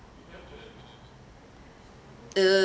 ugh